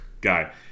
guy